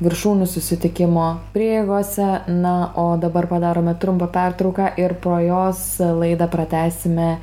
viršūnių susitikimo prieigose na o dabar padarome trumpą pertrauką ir po jos laidą pratęsime